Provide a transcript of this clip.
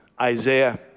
Isaiah